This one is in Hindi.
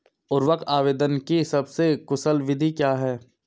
उर्वरक आवेदन की सबसे कुशल विधि क्या है?